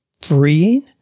freeing